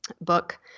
book